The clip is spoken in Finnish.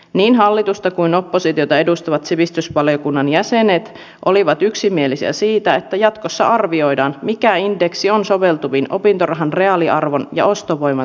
niin hallitusta kuin oppositiota edustavat sivistysvaliokunnan jäsenet olivat yksimielisiä siitä että jatkossa arvioidaan mikä indeksi on soveltuvin opintorahan reaaliarvon ja ostovoiman säilyttämiseksi